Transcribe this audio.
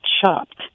chopped